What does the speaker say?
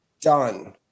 done